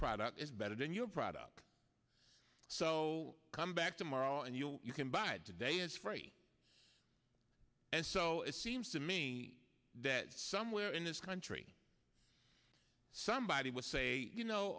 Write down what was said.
product is better than your product so come back tomorrow and you'll you can buy it today is free and so it seems to me that somewhere in this country somebody would say you know